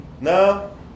No